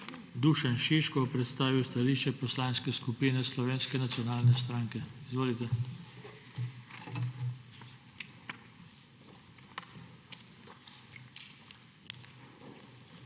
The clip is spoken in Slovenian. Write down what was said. Dušan Šiško bo predstavil stališče Poslanske skupine Slovenske nacionalne stranke. Izvolite.